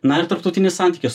na ir tarptautinius santykius